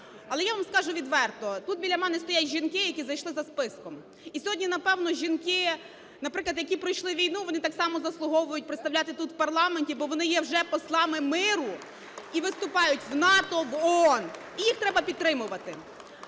але, я вам скажу відверто, тут біля мене стоять жінки, які зайшли за списком. І сьогодні, напевно, жінки, наприклад, які пройшли війну, вони так само заслуговують представляти тут, в парламенті, бо вони є вже послами миру і виступають в НАТО, в ООН, і їх треба підтримувати.